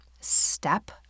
step